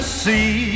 see